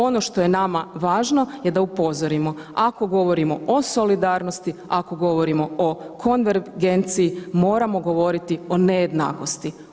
Ono što je nama važno je da upozorimo, ako govorimo o solidarnosti, ako govori o konvergenciji moramo govoriti o nejednakosti.